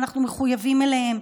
ואנחנו מחויבים אליה.